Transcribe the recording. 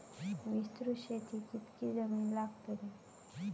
विस्तृत शेतीक कितकी जमीन लागतली?